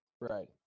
Right